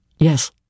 Yes